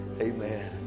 Amen